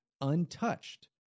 untouched